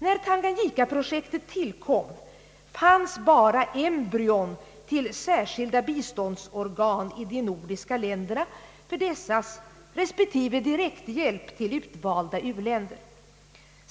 När Tanganyika-projektet tillkom, fanns bara embryon till särskilda biståndsorgan i de nordiska länderna för dessas respektive direkthjälp till utvalda u-länder.